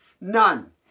None